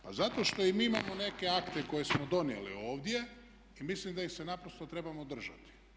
Pa zato što i mi imamo neke akte koje smo donijeli ovdje i mislim da ih se naprosto trebamo držati.